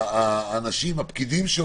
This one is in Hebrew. הפקידים,